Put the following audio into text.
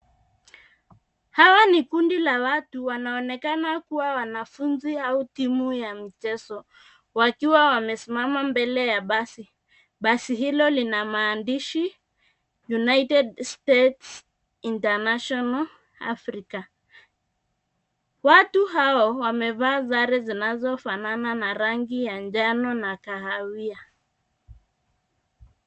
Hawa ni kundi la watu wanaonekana kuwa wanafunzi au timu ya mchezo wakiwa wamesimama mbele ya basi. Basi hilo lina maandishi United States International Iniversity Africa . Watu hao wamevaa sare zinazofanana na rangi ya njano na kahawia.